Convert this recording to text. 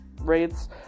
Rates